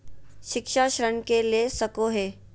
शिक्षा ऋण के ले सको है?